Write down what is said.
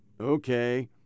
Okay